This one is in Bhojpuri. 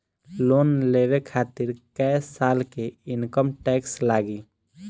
लोन लेवे खातिर कै साल के इनकम टैक्स लागी?